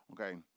okay